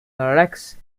lyrics